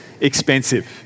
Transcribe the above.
expensive